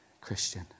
Christian